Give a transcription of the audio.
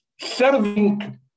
serving